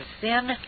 sin